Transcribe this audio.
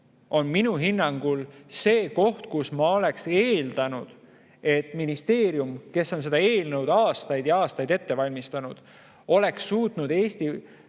on minu hinnangul see koht, kus ma oleksin eeldanud, et ministeerium, kes on seda eelnõu aastaid ja aastaid ette valmistanud, oleks suutnud Eesti